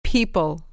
People